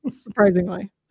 Surprisingly